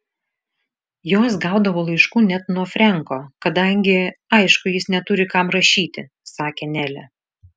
jos gaudavo laiškų net nuo frenko kadangi aišku jis neturi kam rašyti sakė nelė